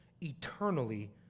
eternally